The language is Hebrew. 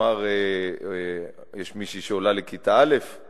כלומר יש מישהי שעולה לכיתה א' יש